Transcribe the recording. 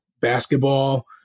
basketball